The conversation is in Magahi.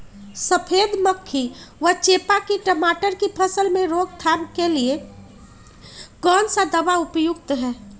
सफेद मक्खी व चेपा की टमाटर की फसल में रोकथाम के लिए कौन सा दवा उपयुक्त है?